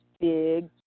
big